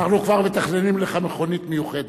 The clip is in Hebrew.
אנחנו כבר מתכננים לך מכונית מיוחדת.